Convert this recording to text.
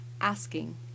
asking